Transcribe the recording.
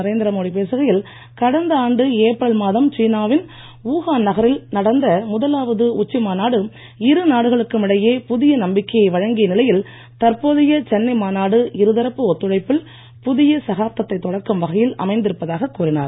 நரேந்திர மோடி பேசுகையில் கடந்த ஆண்டு ஏப்ரல் மாதம் சீனா வின் ஊஹான் நகரில் நடந்த முதலாவது உச்சி மாநாடு இரு நாடுகளுக்கும் இடையே புதிய நம்பிக்கையை வழங்கிய நிலையில் தற்போதைய சென்னை மாநாடு இருதரப்பு ஒத்துழைப்பில் புதிய சகாப்தத்தைத் தொடக்கும் வகையில் அமைந்திருப்பதாகக் கூறினார்